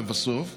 לבסוף,